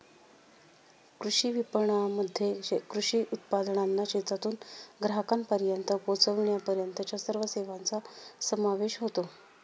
कृषी विपणनामध्ये कृषी उत्पादनांना शेतातून ग्राहकांपर्यंत पोचविण्यापर्यंतच्या सर्व सेवांचा समावेश होतो